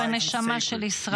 וכך גם בתוך הנשמה של ישראל.